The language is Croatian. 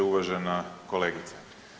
Uvažena kolegice.